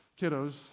kiddos